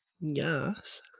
Yes